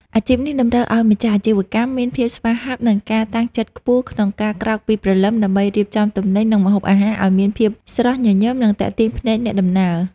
អាជីពនេះតម្រូវឱ្យម្ចាស់អាជីវកម្មមានភាពស្វាហាប់ និងការតាំងចិត្តខ្ពស់ក្នុងការក្រោកពីព្រលឹមដើម្បីរៀបចំទំនិញ និងម្ហូបអាហារឱ្យមានភាពស្រស់ញញឹម និងទាក់ទាញភ្នែកអ្នកដំណើរ។